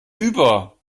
über